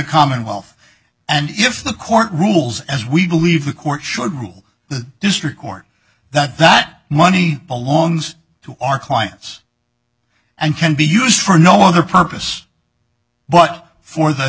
commonwealth and if the court rules as we believe the court should rule the district court that that money belongs to our clients and can be used for no other purpose but for the